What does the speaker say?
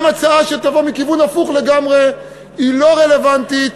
גם הצעה שתבוא מכיוון הפוך לגמרי היא לא רלוונטית,